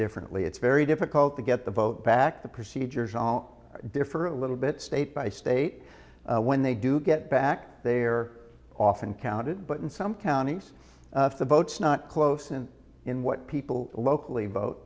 differently it's very difficult to get the boat back the procedures all differ a little bit state by state when they do get back there often counted but in some counties if the boat's not close and in what people locally vote